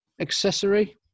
Accessory